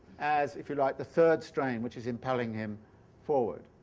as, if you like, the third strain which is impelling him forward.